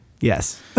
Yes